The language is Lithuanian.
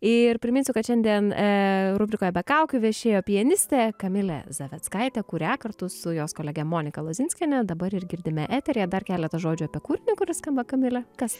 ir priminsiu kad šiandien rubrikoje be kaukių viešėjo pianistė kamilė zaveckaitė kurią kartu su jos kolege monika lazinskiene dabar ir girdime eteryje dar keletą žodžių apie kūrinį kuris skamba kamile kas